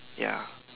ya